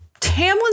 Tamlin